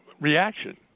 reaction